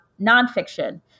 nonfiction